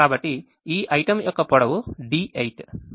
కాబట్టి ఈ item యొక్క పొడవు D8